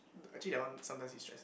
actually that one sometimes distress